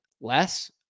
less